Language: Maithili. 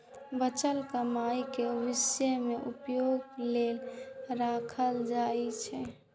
बचल कमाइ कें भविष्य मे उपयोग लेल राखल जाइ छै